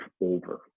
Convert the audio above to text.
over